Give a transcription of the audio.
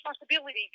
responsibility